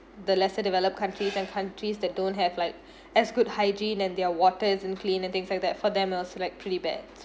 the lesser developed countries and countries that don't have like as good hygiene and their water isn't clean and things like that for them also like pretty bad